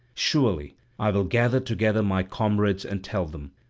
surely i will gather together my comrades and tell them,